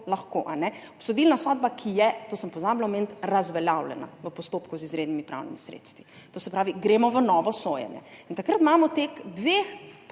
rokov – obsodilna sodba, ki je, to sem pozabila omeniti, razveljavljena v postopku z izrednimi pravnimi sredstvi. To se pravi, gremo v novo sojenje. In takrat imamo